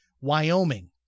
Wyoming